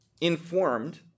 informed